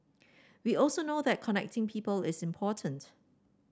we also know that connecting people is important